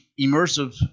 immersive